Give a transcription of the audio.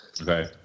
Okay